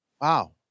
Wow